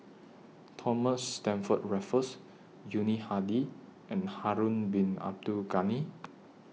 Thomas Stamford Raffles Yuni Hadi and Harun Bin Abdul Ghani